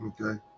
Okay